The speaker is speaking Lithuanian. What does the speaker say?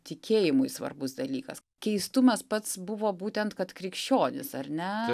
tikėjimui svarbus dalykas keistumas pats buvo būtent kad krikščionys ar ne